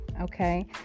okay